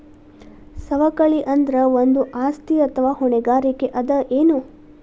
ಸವಕಳಿ ಅಂದ್ರ ಒಂದು ಆಸ್ತಿ ಅಥವಾ ಹೊಣೆಗಾರಿಕೆ ಅದ ಎನು?